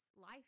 life